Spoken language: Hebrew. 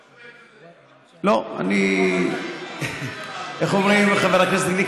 הקואליציה, לא, אני, איך אומרים, חבר הכנסת גליק?